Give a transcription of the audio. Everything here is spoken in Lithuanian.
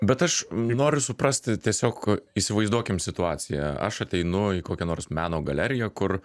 bet aš noriu suprasti tiesiog įsivaizduokim situaciją aš ateinu į kokią nors meno galeriją kur